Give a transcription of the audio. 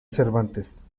cervantes